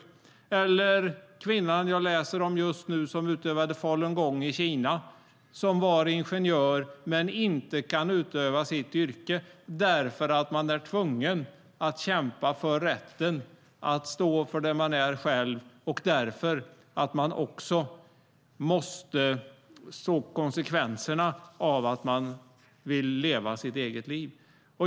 Ett annat exempel är kvinnan som jag läser om just nu som utövade falungong i Kina. Hon är ingenjör men kan inte utöva sitt yrke därför att man är tvungen att kämpa för rätten att stå för den man är själv och också måste ta konsekvenserna av att man vill leva sitt eget liv.